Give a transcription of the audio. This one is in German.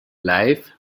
live